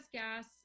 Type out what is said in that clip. gas